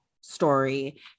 story